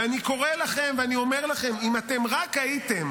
ואני קורא לכם ואני אומר לכם: אם אתם רק הייתם